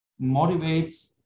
motivates